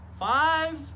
Five